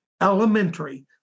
elementary